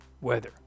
weather